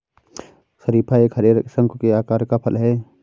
शरीफा एक हरे, शंकु के आकार का फल है